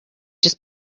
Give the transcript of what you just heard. just